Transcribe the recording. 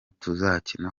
tuzakina